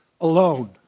alone